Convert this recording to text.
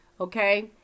Okay